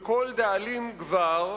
וכל דאלים גבר,